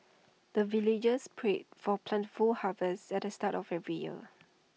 the villagers pray for plentiful harvest at the start of every year